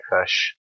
fish